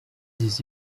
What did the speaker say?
des